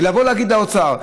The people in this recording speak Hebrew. ונבוא ונגיד לאוצר: